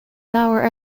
leabhar